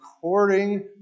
according